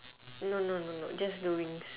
no no no no just the wings